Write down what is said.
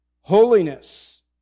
holiness